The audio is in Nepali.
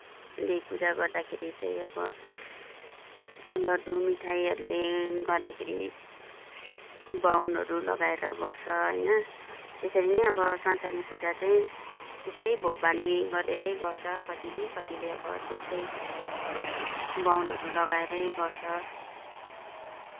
देवी पुजा गर्दाखेरि चाहिँ अब लड्डु मिठाइहरू ले गर्दाखेरि बाउनहरू लगाएर गर्छ होइन त्यसरी नै अब संसारी पुजा चाहिँ त्यस्तै भोग बली गरेरै गर्छ कतिले कतिले अब त्यस्तै बाहुनहरू लगाएरै गर्छ